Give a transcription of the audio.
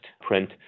print